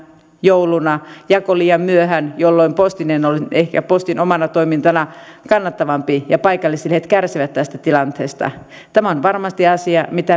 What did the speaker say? jouluna jako liian myöhään jolloin postinen on ehkä postin omana toimintana kannattavampi ja paikallislehdet kärsivät tästä tilanteesta tämä on varmasti asia mistä